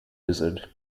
wizard